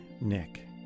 Nick